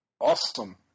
Awesome